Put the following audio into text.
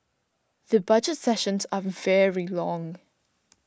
the Budget sessions are very long